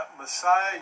Messiah